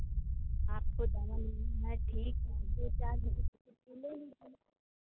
आपको जाना नहीं है ठीक है दो चार दिन की छुट्टी ले लीजिए